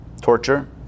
torture